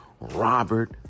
Robert